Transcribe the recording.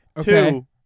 Two